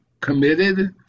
committed